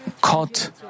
caught